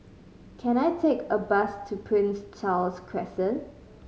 can I take a bus to Prince Charles Crescent